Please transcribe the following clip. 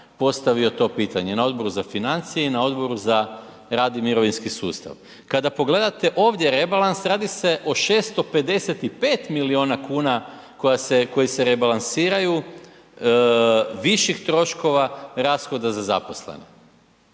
postavio to pitanje, na Odboru za financije i na Odboru za rad i mirovinski sustav. Kada pogledate ovdje rebalans radi se o 655 milijuna kuna koji se rebalansiraju viših troškova rashoda za zaposlene.